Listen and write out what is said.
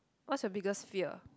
what's your biggest fear